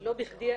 לא בכדי,